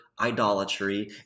idolatry